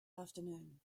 afternoon